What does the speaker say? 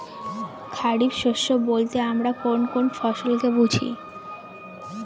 খরিফ শস্য বলতে আমরা কোন কোন ফসল কে বুঝি?